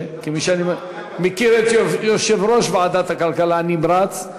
כפי שאני מכיר את יושב-ראש ועדת הכלכלה הנמרץ,